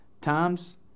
times